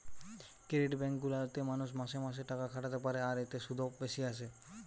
credit bank গুলা তে মানুষ মাসে মাসে টাকা খাটাতে পারে আর এতে শুধও বেশি আসে